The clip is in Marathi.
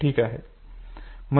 ठीक आहे